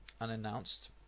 unannounced